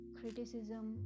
criticism